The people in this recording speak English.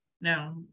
no